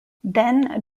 then